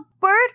bird